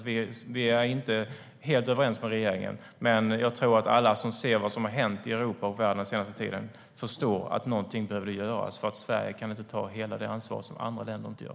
Vi är alltså inte helt överens med regeringen. Men jag tror att alla som ser vad som har hänt i Europa och i världen den senaste tiden förstår att någonting behövde göras. Sverige kan inte ta det ansvar som andra länder inte tar.